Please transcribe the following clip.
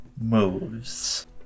moves